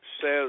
says